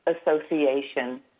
association